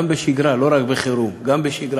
גם בשגרה, לא רק בחירום, גם בשגרה.